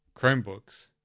chromebooks